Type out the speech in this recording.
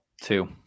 Two